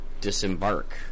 disembark